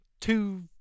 two